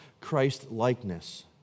Christ-likeness